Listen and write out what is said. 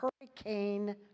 hurricane